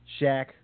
Shaq